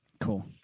Cool